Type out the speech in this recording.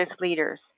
leaders